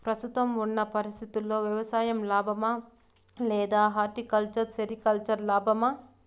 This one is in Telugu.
ప్రస్తుతం ఉన్న పరిస్థితుల్లో వ్యవసాయం లాభమా? లేదా హార్టికల్చర్, సెరికల్చర్ లాభమా?